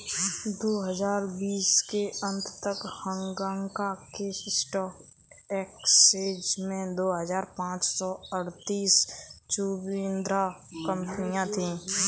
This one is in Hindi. दो हजार बीस के अंत तक हांगकांग के स्टॉक एक्सचेंज में दो हजार पाँच सौ अड़तीस सूचीबद्ध कंपनियां थीं